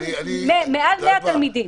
מעל 100 תלמידים.